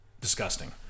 Disgusting